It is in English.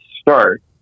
start